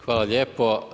Hvala lijepo.